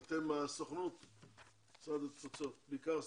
אתם בסוכנות ומשרד התפוצות, בעיקר הסוכנות,